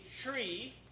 tree